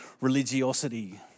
religiosity